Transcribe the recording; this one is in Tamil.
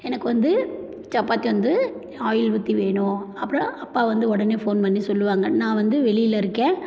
எனக்கு வந்து சப்பாத்தி வந்து ஆயில் ஊற்றி வேணும் அப்புறம் அப்பா வந்து உடனே ஃபோன் பண்ணி சொல்லுவாங்க நான் வந்து வெளியில் இருக்கேன்